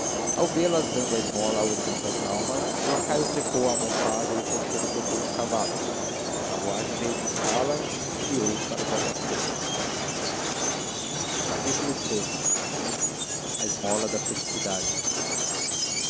ao vê-las dando a esmola ao irmão das almas o lacaio trepou à almofada e o cocheiro tocou os cavalos a carruagem veio buscá-las e guiou para botafogo iii a esmola da felicidade